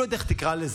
לא יודע איך תקרא לזה,